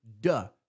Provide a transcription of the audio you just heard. duh